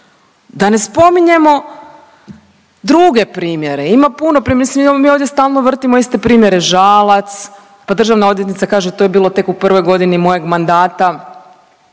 da ne spominjemo druge primjere. Ima puno primjera. Mislim mi ovdje stalno vrtimo iste primjere Žalac, pa državna odvjetnica kaže to je bilo tek u prvoj godini mojeg mandata.